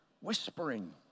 Whispering